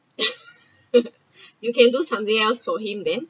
you can do something else for him then